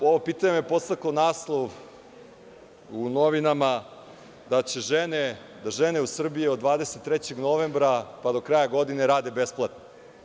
Na ovo pitanje me podstakao naslov u novinama da žene u Srbiji od 23. novembra pa do kraja godine rade besplatno.